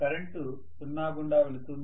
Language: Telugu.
కరెంటు సున్నా గుండా వెళుతుంది